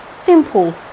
simple